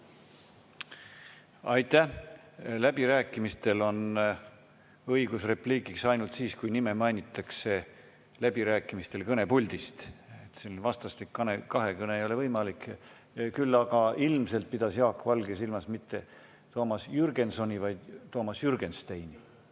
Aitäh! Läbirääkimistel on õigus repliigiks ainult siis, kui nime mainitakse läbirääkimistel kõnepuldist. Vastastikune kahekõne ei ole võimalik. Ilmselt ei pidanud Jaak Valge silmas mitte Toomas Jürgensoni, vaid Toomas Jürgensteini.